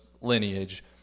lineage